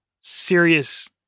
serious